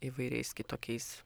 įvairiais kitokiais